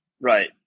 Right